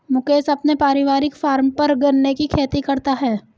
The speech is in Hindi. मुकेश अपने पारिवारिक फॉर्म पर गन्ने की खेती करता है